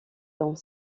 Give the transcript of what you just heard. dont